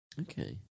Okay